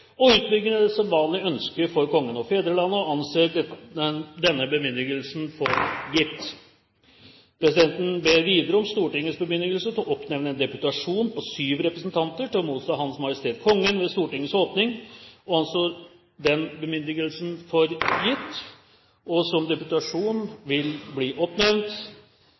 er overlevert, å utbringe det sedvanlige ønske for Kongen og fedrelandet – og anser denne bemyndigelse for gitt. Presidenten ber videre om Stortingets bemyndigelse til å oppnevne en deputasjon på sju representanter til å motta Hans Majestet Kongen ved Stortingets åpning. Denne bemyndigelse anses for gitt. Som deputasjon